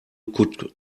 could